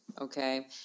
okay